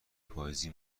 پاییزی